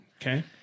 Okay